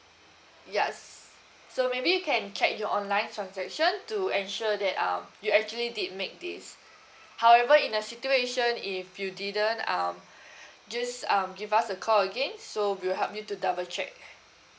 ya s~ so maybe you can check your online transaction to ensure that um you actually did make this however in a situation if you didn't um just um give us a call again so we'll help you to double check